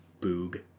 boog